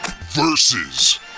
versus